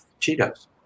cheetos